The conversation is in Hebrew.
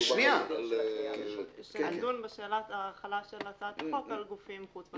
שנדון בשאלת החלת הצעת החוק על גופים חוץ בנקאיים.